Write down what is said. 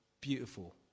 Beautiful